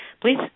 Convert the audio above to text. please